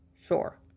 sure